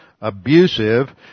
abusive